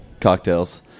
cocktails